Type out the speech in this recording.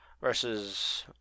versus